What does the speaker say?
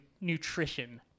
nutrition